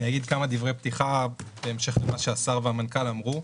אני אגיד כמה דברי פתיחה בהמשך למה שהשר והמנכ"ל אמרו.